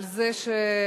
על זה שסוף-סוף